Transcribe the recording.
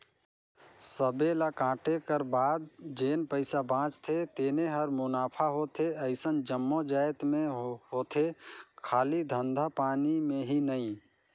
सबे ल कांटे कर बाद जेन पइसा बाचथे तेने हर मुनाफा होथे अइसन जम्मो जाएत में होथे खाली धंधा पानी में ही नई